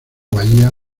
bahía